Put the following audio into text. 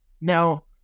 Now